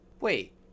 Wait